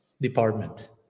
department